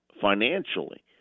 financially